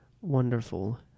Wonderful